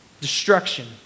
Destruction